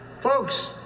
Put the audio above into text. Folks